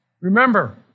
Remember